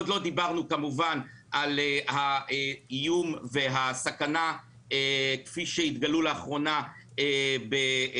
ועוד לא דיברנו כמובן על האיום ועל הסכנה כפי שהתגלו לאחרונה באשקלון